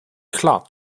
klar